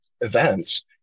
events